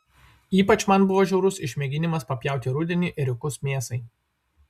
ypač man buvo žiaurus išmėginimas papjauti rudenį ėriukus mėsai